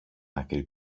άκρη